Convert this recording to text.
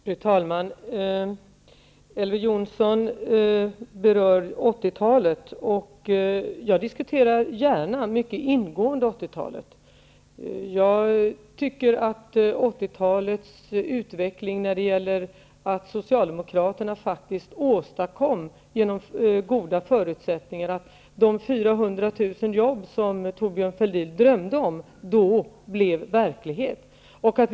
Fru talman! Elver Jonsson berörde 80-talet. Det diskuterar jag gärna mycket ingående, för jag tycker att Socialdemokraterna under 80-talet faktiskt åstadkom goda förutsättningar. De 400 000 jobb som Thorbjörn Fälldin drömde om blev då verklighet.